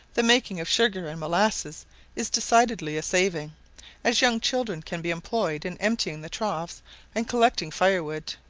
the making of sugar and molasses is decidedly a saving as young children can be employed in emptying the troughs and collecting fire-wood,